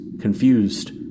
confused